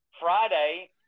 Friday